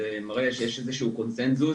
זה מראה שיש איזה שהוא קונסנזוס.